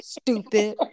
stupid